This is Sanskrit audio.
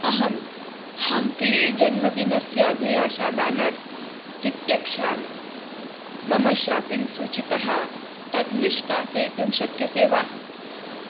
अहं हाङ्क्ली जन्मदिनस्य अभिलाषा बेनर् तित्यक्षामि मम शापिङ्ग् सूचीतः तत् निष्कासयितुं शक्यसे वा